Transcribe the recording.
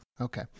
Okay